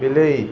ବିଲେଇ